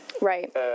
Right